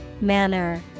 Manner